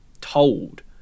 told